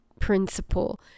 principle